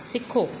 सिखो